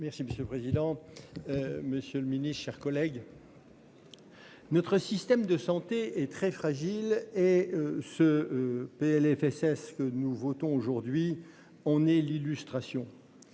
groupe. Monsieur le président, madame, monsieur les ministres, mes chers collègues, notre système de santé est très fragile et ce PLFSS, que nous votons aujourd'hui, en est l'illustration.